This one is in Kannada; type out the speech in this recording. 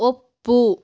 ಒಪ್ಪು